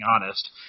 honest